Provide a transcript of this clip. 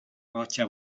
rocha